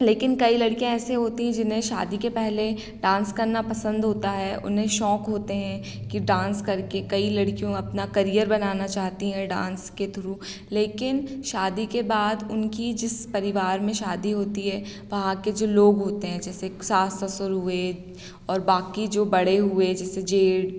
लेकिन कई लड़कियाँ ऐसी होती हैं जिन्हें शादी के पहले डांस करना पसंद होता है उन्हें शौक़ होते हैं कि डांस करके कई लड़कियों अपना करियर बनाना चाहती हैं डांस के थ्रू लेकिन शादी के बाद उनकी जिस परिवार में शादी होती है वहाँ के जो लोग होते हैं जैसे सास ससुर हुए और बाकी जो बड़े हुए जैसे जेठ